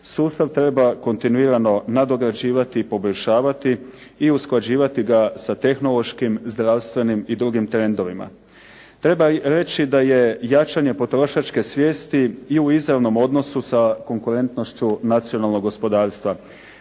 sustav treba kontinuirano nadograđivati i poboljšavati i usklađivati ga sa tehnološkim, zdravstvenim i drugim trendovima. Treba i reći da je jačanje potrošačke svijesti i u izravnom odnosu sa konkurentnošću nacionalnog gospodarstva.